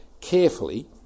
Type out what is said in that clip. carefully